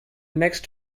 next